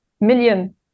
million